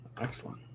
excellent